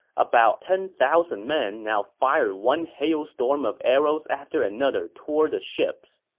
about ten thousand men now fired one hailstorm of arrows after another toward the ships